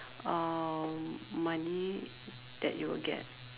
uh money that you would get